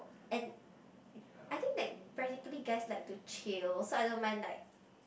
and I think like practically guys like to chill so I don't mind like